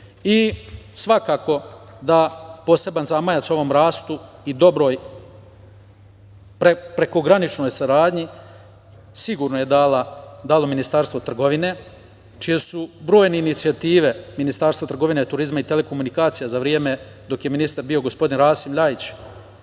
i roba. Poseban zamajac ovom rastu i dobroj prekograničnoj saradnji sigurno je dalo Ministarstvo trgovine, čije su brojne inicijative Ministarstva trgovine, turizma i telekomunikacija za vreme dok je ministar bio gospodin Rasim Ljajić